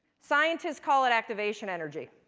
scientists call it activation energy.